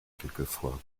quelquefois